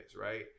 right